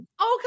Okay